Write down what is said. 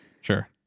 sure